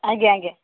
ଆଜ୍ଞା ଆଜ୍ଞା